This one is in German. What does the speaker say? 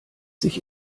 sich